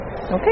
okay